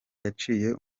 yaciye